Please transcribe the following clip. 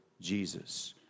Jesus